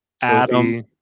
Adam